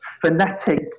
phonetic